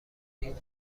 این